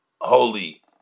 holy